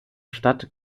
stadt